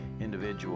individual